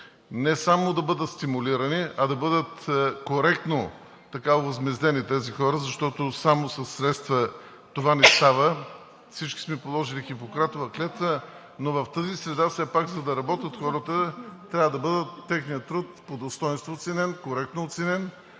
не само да бъдат стимулирани, а да бъдат коректно овъзмездени тези хора, защото само със средства това не става. Всички сме положили Хипократова клетва, но в тази среда все пак, за да работят хората, трябва техният труд да бъде оценен по достойнство – коректно оценен